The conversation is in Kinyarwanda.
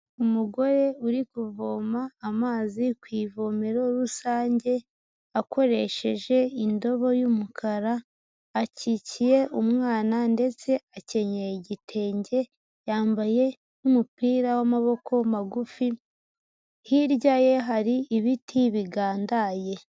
Umugore uri kuvoma amazi ku ivomero rusange akoresheje indobo y'umukara, akikiye umwana ndetse akenyeye igitenge, yambaye n'umupira w'amaboko magufi, hirya ye hari ibiti bigandaye.